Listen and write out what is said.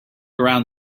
around